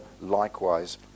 likewise